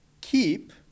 keep